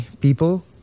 people